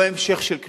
לא המשך של כלום.